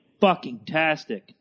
fucking-tastic